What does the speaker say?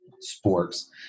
sports